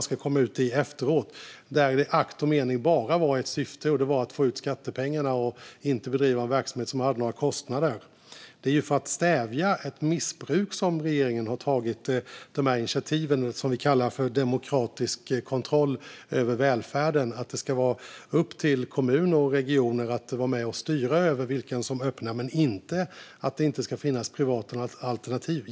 Där har syftet med det hela bara varit att få ut skattepengarna - inte att bedriva en verksamhet som hade några kostnader. Det är för att stävja ett missbruk som regeringen har tagit dessa initiativ, som vi kallar för demokratisk kontroll över välfärden. Kommuner och regioner ska vara med och styra över vad som öppnar, men meningen är inte att det inte ska finnas privata alternativ.